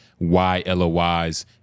YLOIs